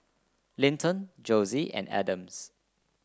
Linton Josie and Adams